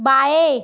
बाएं